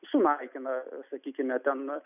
sunaikina sakykime ten